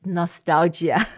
nostalgia